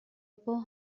por